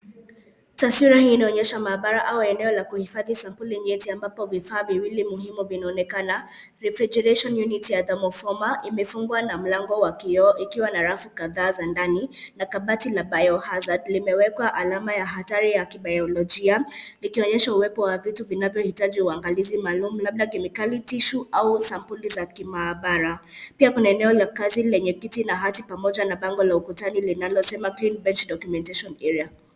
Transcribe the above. Taswira hii inaonyesha maabara au eneo la kuhifadhi sampuli nyeti ambapo vifaa viwili muhimu vinaonekana. Refrigeration unit ya thermoform imefungwa na mlango wa kioo ikiwa na rafu kadhaa za ndani na kabati la biohazard limewekwa alama ya hatari ya kibaiolojia likionyesha uwepo wa vitu vinavyohitaji uangalizi maalum labda kemikali, tissue au sampuli za kimaabara. Pia kuna eneo la kazi lenye kiti na hati pamoja na bango la ukutani linalosema clean bench documentation area .